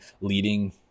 leading